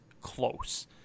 close